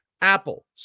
Apple